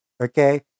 Okay